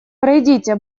пройдите